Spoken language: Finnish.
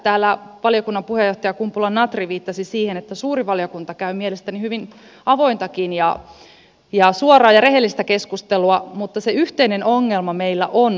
täällä valiokunnan puheenjohtaja kumpula natri viittasi siihen että suuri valiokunta käy minunkin mielestäni hyvin avointakin ja suoraa ja rehellistä keskustelua mutta yhteinen ongelma meillä on aikataulut